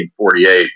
1948